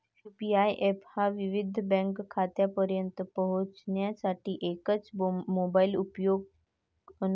UPI app हा विविध bank खात्यांपर्यंत पोहोचण्यासाठी एकच मोबाइल अनुप्रयोग आहे